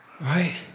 right